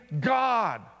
God